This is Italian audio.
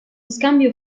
scambio